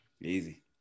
Easy